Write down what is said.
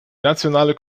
nationale